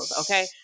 okay